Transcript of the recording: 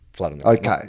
Okay